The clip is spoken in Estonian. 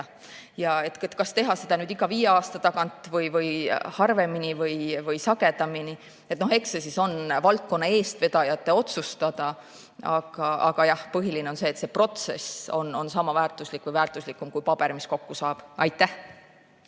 jätta. Kas teha seda iga viie aasta tagant või harvemini või sagedamini, eks see ole valdkonna eestvedajate otsustada, aga jah, põhiline on see, et see protsess on sama väärtuslik või väärtuslikum kui paber, mis kokku saab. Siret